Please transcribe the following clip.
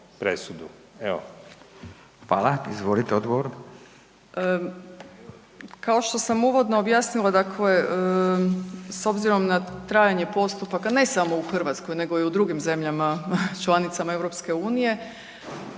vam. Izvolite odgovor.